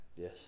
yes